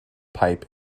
pipe